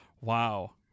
Wow